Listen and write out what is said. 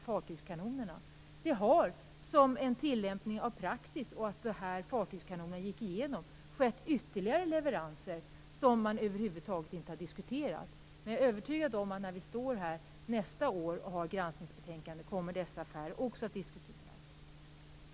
Det har, som en tillämpning av praxis efter att dessa fartygskanoner gick igenom, skett ytterligare leveranser som man över huvud taget inte har diskuterat, men jag är övertygad om att när vi står här nästa år och debatterar granskningsbetänkandet kommer dessa affärer också att diskuteras.